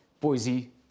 Boise